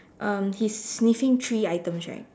um he's sniffing three items right